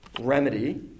remedy